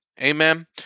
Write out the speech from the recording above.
Amen